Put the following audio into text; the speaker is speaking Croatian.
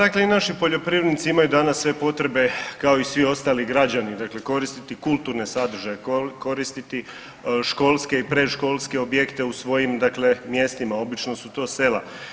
Pa dakle i naši poljoprivrednici imaju danas sve potrebe kao i svi ostali građani, dakle koristiti kulturne sadržaje, koristiti školske i predškolske objekte u svojim dakle mjestima obično su to sela.